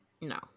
No